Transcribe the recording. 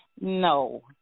No